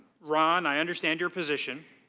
ron, i understand your position,